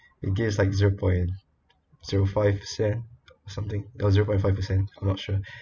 it gives like zero point zero five percent something or zero point five percent I'm not sure